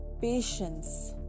patience